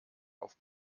auf